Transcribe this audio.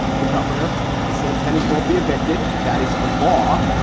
the governor has said tenants won't be evicted. that is a law.